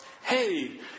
hey